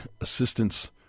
assistance